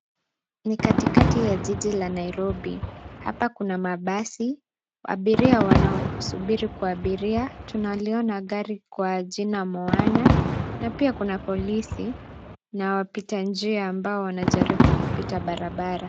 Ni katikati ya jiji la Nairobi, hapa kuna mabasi abiria wanaosubiri kuabiria, tunaliona gari kwa jina Mohana na pia kuna polisi na wapita njia ambao wanajaribu kupita barabara.